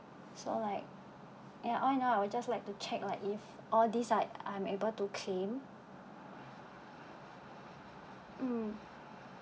so like and I want to know just like to check like if all this I'm able to claim mm